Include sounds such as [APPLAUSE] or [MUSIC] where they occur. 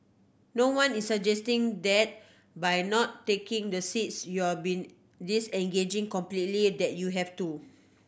no one is suggesting that by not taking the seats you [UNINTELLIGIBLE] been disengaging completely that you have to